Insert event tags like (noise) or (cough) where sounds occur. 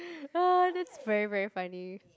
(laughs) that's very very funny